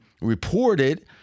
reported